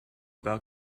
about